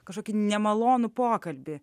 kažkokį nemalonų pokalbį